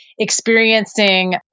Experiencing